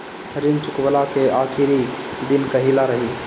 ऋण चुकव्ला के आखिरी दिन कहिया रही?